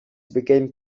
became